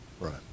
Right